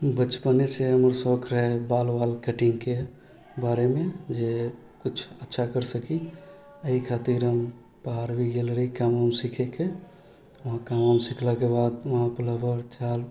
बचपनेसँ हमर शौक रहै बाल वाल कटिङ्गके बारेमे जे किछु अच्छा करि सकी एहि खातिर हम बाहर भी गेल रही काम वाम सीखैके वहाँ काम वाम सिखलाके बाद वहाँके बोलचाल